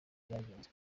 byagenze